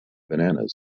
bananas